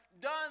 done